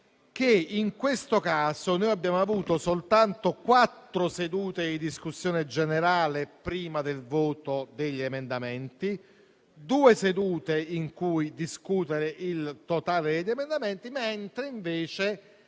Se in questo caso noi abbiamo avuto soltanto quattro sedute di discussione generale prima del voto degli emendamenti e due sedute in cui discutere il totale degli emendamenti, ai tempi